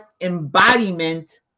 embodiment